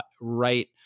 right